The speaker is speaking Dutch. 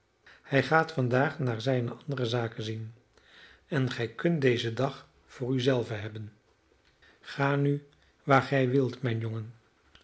hij gaat vandaag naar zijne andere zaken zien en gij kunt dezen dag voor u zelven hebben ga nu waar gij wilt mijn jongen